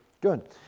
good